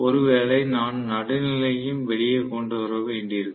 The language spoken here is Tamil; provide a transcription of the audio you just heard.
ஒருவேளை நான் நடுநிலையையும் வெளியே கொண்டு வர வேண்டியிருக்கும்